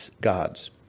God's